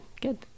good